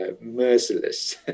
merciless